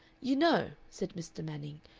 you know, said mr. manning,